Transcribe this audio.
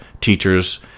teachers